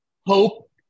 hope